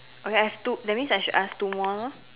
okay I have two that means I should ask two more